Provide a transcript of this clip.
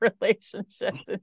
relationships